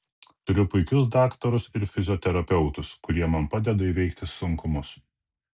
turiu puikius daktarus ir fizioterapeutus kurie man padeda įveikti sunkumus